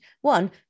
one